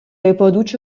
riproduce